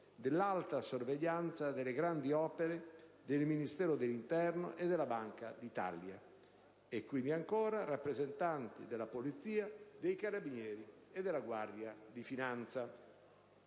dell'alta sorveglianza delle grandi opere del Ministero dell'interno e della Banca d'Italia, rappresentanti della Polizia, dei Carabinieri e della Guardia di finanza.